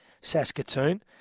Saskatoon